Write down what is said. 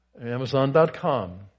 Amazon.com